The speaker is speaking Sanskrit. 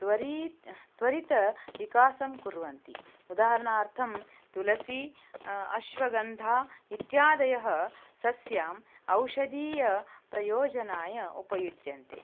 त्वरीतं त्वरितं विकासं कुर्वन्ति उदाहरणार्थं तुलसी अश्वगन्धा इत्यादयः सस्याम् औषधीय प्रयोजनाय उपयुज्यन्ते